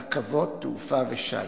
רכבות, תעופה ושיט.